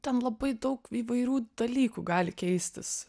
ten labai daug įvairių dalykų gali keistis